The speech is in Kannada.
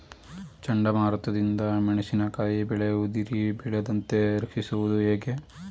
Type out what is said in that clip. ಚಂಡಮಾರುತ ದಿಂದ ಮೆಣಸಿನಕಾಯಿ ಬೆಳೆ ಉದುರಿ ಬೀಳದಂತೆ ರಕ್ಷಿಸುವುದು ಹೇಗೆ?